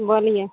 बोलिए